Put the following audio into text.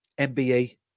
MBE